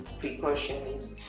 precautions